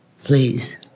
please